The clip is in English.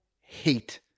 hate